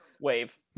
wave